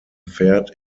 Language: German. pferd